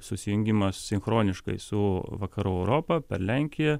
susijungimas sinchroniškai su vakarų europa per lenkiją